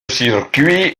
circuit